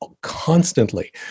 constantly